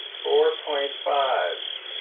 four point five